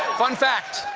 fun fact,